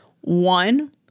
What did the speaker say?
One